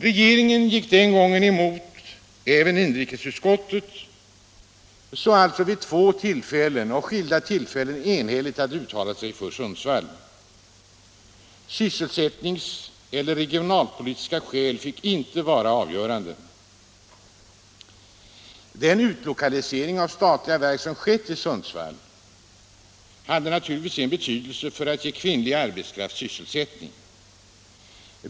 Regeringen gick emot även inrikesutskottet, som vid två skilda tillfällen enhälligt hade uttalat sig för Sundsvall. Sysselsättnings eller regionalpolitiska skäl fick inte vara avgörande. Den utlokalisering av statliga verk till Sundsvall som skedde har naturligtvis haft sin betydelse för att ge kvinnlig arbetskraft sysselsättning.